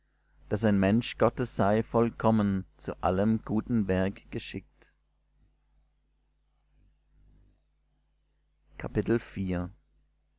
daß ein mensch gottes sei vollkommen zu allem guten werk geschickt